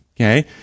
Okay